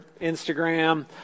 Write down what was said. Instagram